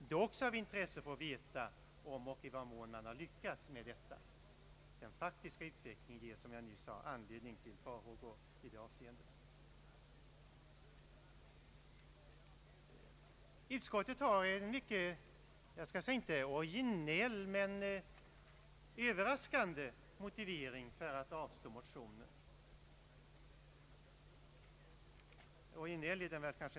Det är också av intresse att få veta om och i vad mån man lyckas med detta. Den faktiska utvecklingen ger, som jag nyss sade, anledning till farhågor i det avseendet. Utskottet anför en överraskande motivering för att avslå motionen.